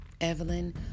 Evelyn